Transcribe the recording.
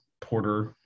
Porter